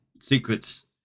secrets